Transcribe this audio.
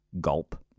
Gulp